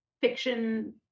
fiction